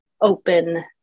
open